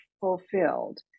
fulfilled